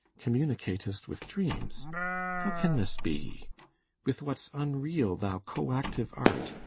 communicat'st with dreams how can this be with what's unreal thou co-active art,